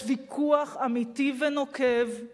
יש ויכוח אמיתי ונוקב,